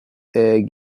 egg